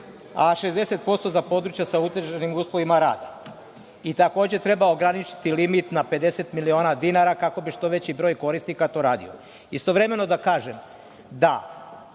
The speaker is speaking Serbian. a 60% za područja sa otežanim uslovima rada. Takođe treba ograničiti limit na 50 miliona dinara, kako bi što veći broj korisnika to radio. Istovremeno želim da kažem da